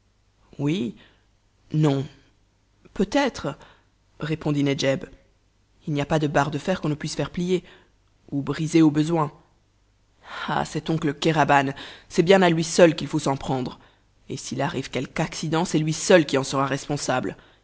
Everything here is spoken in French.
oui non peut-être répondit nedjeb il n'y a pas de barre de fer qu'on ne puisse faire plier ou briser au besoin ah cet oncle kéraban c'est bien à lui seul qu'il faut s'en prendre et s'il arrive quelque accident c'est lui seul qui en sera responsable